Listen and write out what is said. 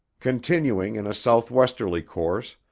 continuing in a southwesterly course,